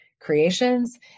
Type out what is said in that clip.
creations